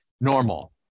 normal